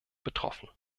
betroffen